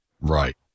Right